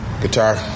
guitar